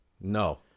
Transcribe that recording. No